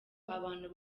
abantu